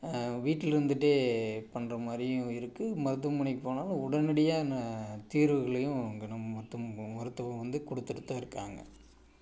வீட்டில் இருந்துகிட்டே பண்ணுறா மாதிரியும் இருக்குது மருத்துவமனைக்கு போனாலும் உடனடியாக தீர்வுகளையும் அங்கே மொத்தமும் மருத்துவம் வந்து கொடுத்துட்டு தான் இருக்காங்க